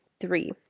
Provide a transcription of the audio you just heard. three